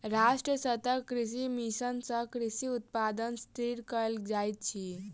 राष्ट्रीय सतत कृषि मिशन सँ कृषि उत्पादन स्थिर कयल जाइत अछि